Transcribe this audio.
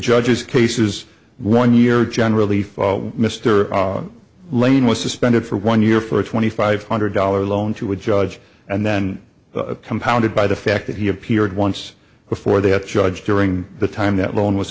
judges cases one year generally for mr lane was suspended for one year for twenty five hundred dollars loan to a judge and then compounded by the fact that he appeared once before they had judge during the time that loan was